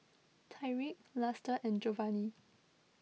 Tyrik Luster and Jovanny